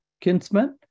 kinsman